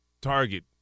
target